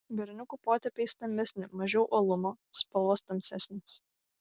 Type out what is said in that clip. berniukų potėpiai stambesni mažiau uolumo spalvos tamsesnės